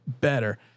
better